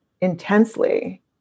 intensely